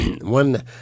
One